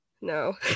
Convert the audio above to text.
No